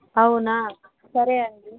అవునా సరే అండీ